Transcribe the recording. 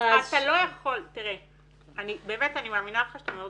אתה לא יכול --- באמת אני מאמינה לך שאתה מאוד